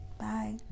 Bye